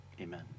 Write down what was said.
Amen